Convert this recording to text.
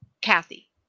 Kathy